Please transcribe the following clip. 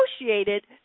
negotiated